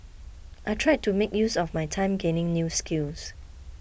I tried to make use of my time gaining new skills